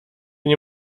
nie